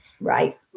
right